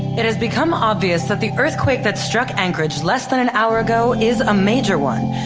it has become obvious that the earthquake that struck anchorage less than an hour ago is a major one.